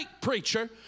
preacher